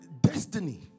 destiny